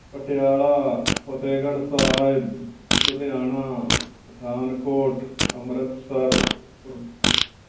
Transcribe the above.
Patiala Fatehgarh Sahib Ludhiana Pathankot Amritsar Gur